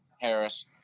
Harris